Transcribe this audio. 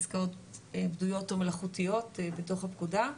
עסקאות בדויות או מלאכותיות בתוך הפקודה.